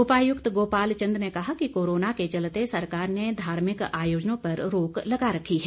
उपायुक्त गोपाल चन्द ने कहा कि कोरोना के चलते सरकार ने धार्मिक आयोजनों पर रोक लगा रखी है